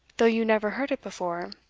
though you never heard it before,